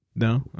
no